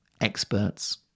experts